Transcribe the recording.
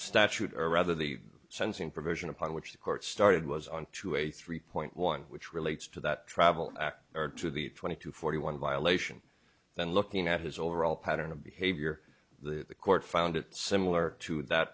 statute or rather the sensing provision upon which the court started was on to a three point one which relates to that travel act or to the twenty two forty one violation then looking at his overall pattern of behavior the court found it similar to that